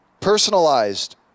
Personalized